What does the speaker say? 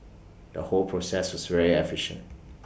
the whole process was very efficient